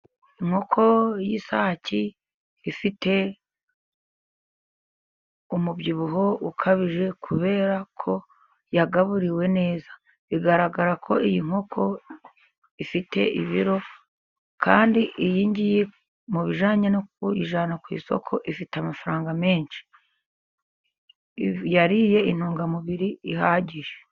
Inkoko y'isake ifite umubyibuho ukabije kubera ko yagaburiwe neza, bigaragara ko iyi nkoko ifite ibiro kandi mu bijyanye no kuyijyana ku isoko ifite amafaranga menshi yariye intungamubiri zihagije.